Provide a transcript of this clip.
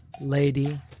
Lady